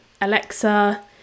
Alexa